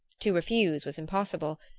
to refuse was impossible,